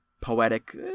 poetic